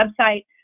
website